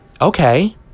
okay